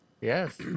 Yes